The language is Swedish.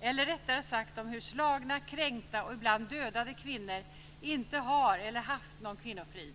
eller rättare sagt om hur slagna, kränkta och ibland dödade kvinnor inte har eller haft någon kvinnofrid.